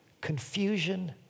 confusion